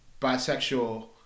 bisexual